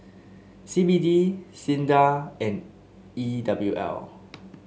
C B D SINDA and E W L